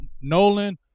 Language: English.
Nolan